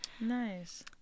nice